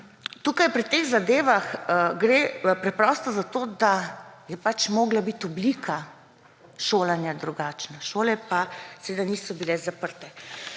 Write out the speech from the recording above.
tukaj pri teh zadevah gre preprosto za to, da je pač morala biti oblika šolanja drugačna. Šole pa seveda niso bile zaprte.